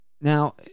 now